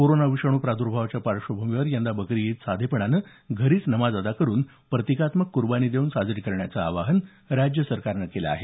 corona विषाणू प्रादुर्भावाच्या पार्श्वभूमीवर यंदा बकरी ईद साधेपणानं घरीच नमाज अदा करुन प्रतिकात्मक कुर्बानी देऊन साजरी करण्याचं आवाहन राज्य सरकारनं केलं आहे